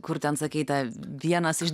kur ten sakei tą vienas iš de